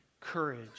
courage